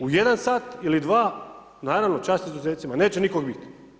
U jedan sat ili dva, naravno čast izuzecima neće nikog bit.